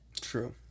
True